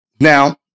Now